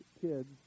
kids